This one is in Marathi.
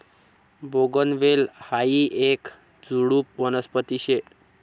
बोगनवेल हायी येक झुडुप वनस्पती शे